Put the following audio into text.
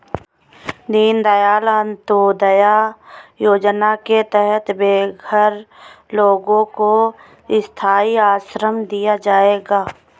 दीन दयाल अंत्योदया योजना के तहत बेघर लोगों को स्थाई आश्रय दिया जाएगा